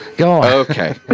Okay